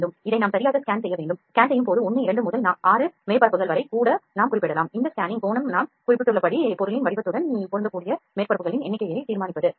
இதை நாம் சரியாக ஸ்கேன் செய்ய வேண்டும் ஸ்கேன் செய்யும் போது 1 2 முதல் 6 மேற்பரப்புகள் வரை கூட நாம் குறிப்பிடலாம் இந்த ஸ்கேனிங் கோணம் நாம் குறிப்பிட்டுள்ளபடி பொருளின் வடிவத்துடன் பொருந்தக்கூடிய மேற்பரப்புகளின் எண்ணிக்கையை தீர்மானிப்பது நல்லது